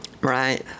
Right